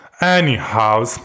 Anyhow